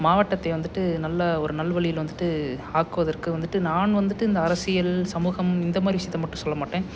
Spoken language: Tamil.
மாவட்டத்தை வந்துட்டு நல்ல ஒரு நல் வழியில் வந்துட்டு ஆக்குவதற்கு வந்துட்டு நான் வந்துட்டு இந்த அரசியல் சமூகம் இந்த மாதிரி விஷயத்த மட்டும் சொல்ல மாட்டேன்